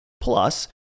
Plus